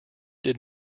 did